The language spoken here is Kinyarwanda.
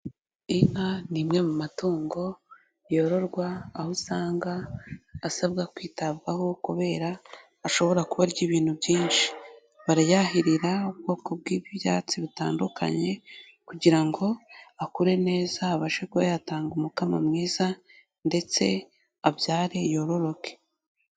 Inka ni imwe mu matungo yororwa, aho usanga asabwa kwitabwaho kubera ashobora kuba arya ibintu byinshi, barayahirira ubwoko bw'ibyatsi butandukanye kugira ngo akure neza abashe kuba yatanga umukamo mwiza ndetse abyare yororoke.